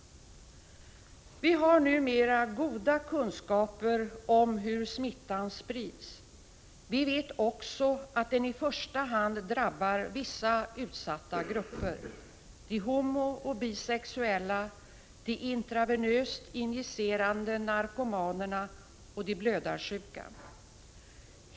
Vi har numera goda kunskaper om hur smittan sprids. Vi vet också att den i första hand drabbar vissa utsatta grupper: de homooch bisexuella, de intravenöst injicerande narkomanerna och de blödarsjuka.